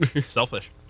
selfish